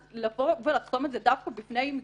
אז לבוא ולחסום את זה דווקא בפני מגזרים